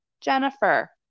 Jennifer